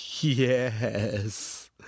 yes